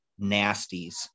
nasties